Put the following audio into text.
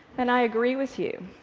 and i agree with you.